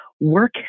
work